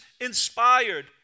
inspired